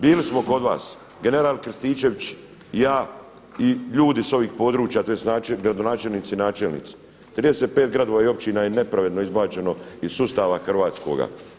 Bili smo kod vas general Krstičević i ja i ljudi s ovih područja tj. gradonačelnici, načelnici, 35 gradova i općina je nepravedno izbačeno iz sustava hrvatskoga.